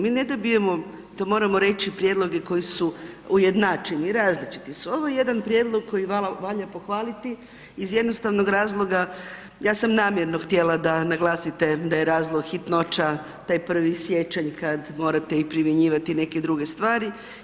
Mi ne dobijemo, to moramo reći prijedloge koji su ujednačeni, različiti su, ovo je jedan prijedlog koji vama valja pohvaliti iz jednostavnog razloga, ja sam namjerno htjela da naglasite da je razlog hitnoća, taj 1. siječanj kad morate i primjenjivati i neke druge stvari.